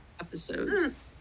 episodes